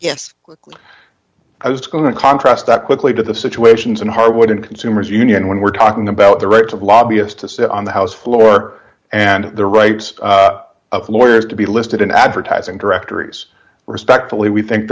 yes i was going to contrast that quickly to the situations in harwood and consumers union when we're talking about the rights of lobbyists to sit on the house floor and the rights of lawyers to be listed in advertising directories respectfully we think